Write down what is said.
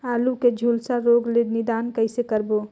आलू के झुलसा रोग ले निदान कइसे करबो?